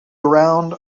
around